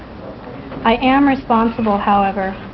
i am responsible, however,